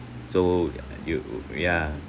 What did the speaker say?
so you ya